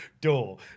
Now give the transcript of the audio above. door